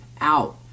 out